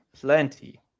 plenty